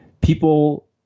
people